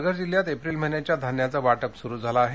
पालघर जिल्ह्यात एप्रिल महिन्याच्या धान्याचं वाटप सुरू झालं आहे